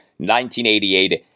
1988